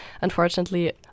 unfortunately